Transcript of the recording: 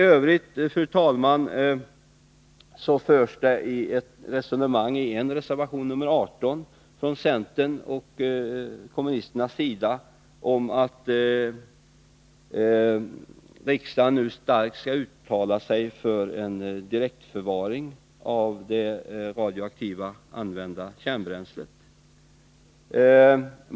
Fru talman! Det förs i reservation 18 ett resonemang från centern och kommunisterna om att riksdagen nu starkt skall uttala sig för en direktförvaring av det använda radioaktiva kärnbränslet.